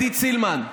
עידית סילמן: